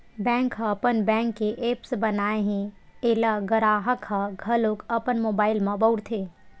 bank ह अपन bank के ऐप्स बनाए हे एला गराहक ह घलोक अपन मोबाइल म बउरथे